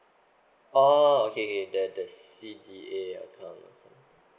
oh okay okay the the C D A account